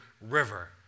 river